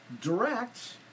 direct